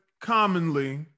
commonly